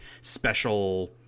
special